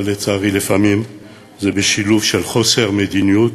אבל, לצערי, לפעמים זה בשילוב של חוסר מדיניות